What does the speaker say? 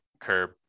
curb